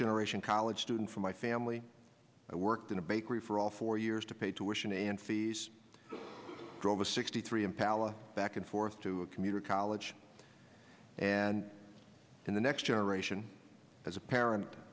generation college student from my family i worked in a bakery for all four years to pay tuition and fees drove a sixty three and palla back and forth to a community college and in the next generation as a parent